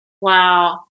Wow